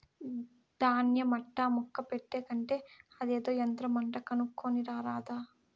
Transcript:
దాన్య మట్టా ముక్క పెట్టే కంటే అదేదో యంత్రమంట కొనుక్కోని రారాదా